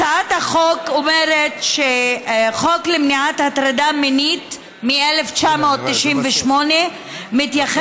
הצעת החוק אומרת שהחוק למניעת הטרדה מינית מ-1998 מתייחס